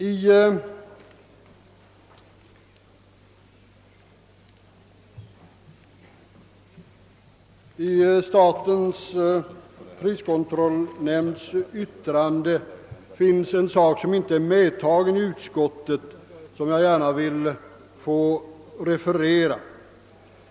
I yttrandet från statens prisoch kartellnämnd förekommer en passus, som inte är medtagen i utskottets utlåtande men som jag gärna vill referera till.